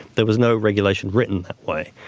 there was no regulation written that way.